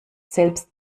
selbst